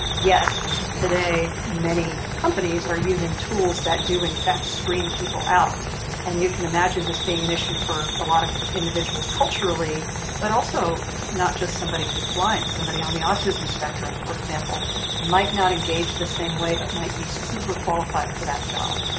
yet today many companies are using tools that do in fact screen people out and you can imagine this being an issue for a lot of individuals culturally but also not just somebody who's blind somebody on the autism spectrum for example might not engage the same way but might be super qualified for that job.